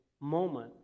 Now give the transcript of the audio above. moment